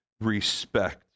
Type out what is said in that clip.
respect